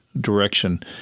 direction